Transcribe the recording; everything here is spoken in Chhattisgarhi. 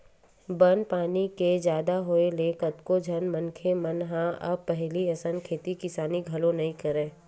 बन पानी के जादा होय ले कतको झन मनखे मन ह अब पहिली असन खेती किसानी घलो नइ करय